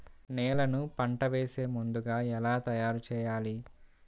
నేలను పంట వేసే ముందుగా ఎలా తయారుచేయాలి?